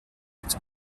it’s